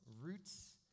Roots